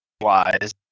wise